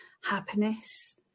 happiness